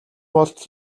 болтол